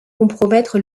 compromettre